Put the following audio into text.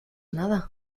nada